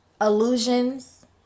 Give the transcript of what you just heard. illusions